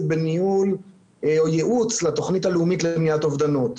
בניהול או ייעוץ לתוכנית הלאומית למניעת אובדנות.